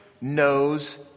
knows